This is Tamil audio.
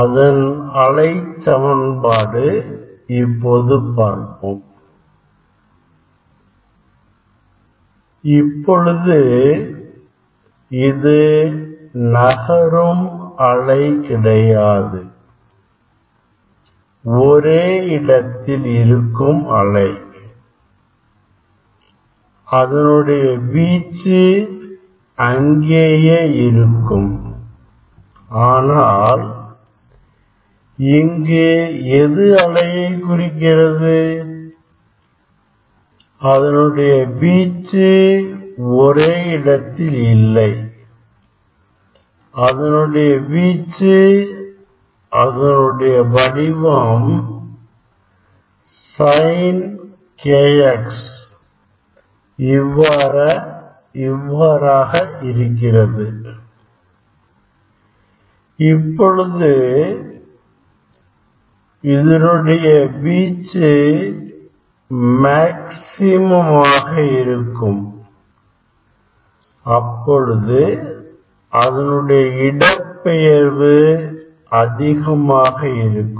அதன் அலைச் சமன்பாடு இப்போது பார்ப்போம் இப்பொழுது இது நகரும் அலை கிடையாது ஒரே இடத்தில் இருக்கும் அலை ஆகும் அதனுடைய வீச்சு அங்கேயே இருக்கும் ஆனால் இங்கு எது அலைய குறிக்கிறது அதனுடைய வீச்சு ஒரே இடத்தில் இல்லை அதனுடைய வீச்சு அதனுடைய வடிவம் sin k x இவ்வாறாக இருக்கிறது இப்பொழுது இதனுடைய வீச்சு மேக்ஸிமம் ஆக இருக்கும் அப்பொழுது அதனுடைய இடப்பெயர்வு அதிகமாக இருக்கும்